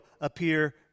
appear